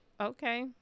okay